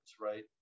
right